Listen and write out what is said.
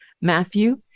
Matthew